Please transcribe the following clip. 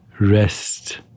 rest